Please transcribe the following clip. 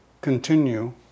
continue